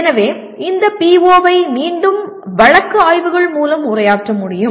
எனவே இந்த PO ஐ மீண்டும் வழக்கு ஆய்வுகள் மூலம் உரையாற்ற முடியும்